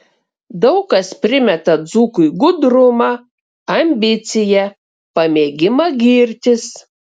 daug kas primeta dzūkui gudrumą ambiciją pamėgimą girtis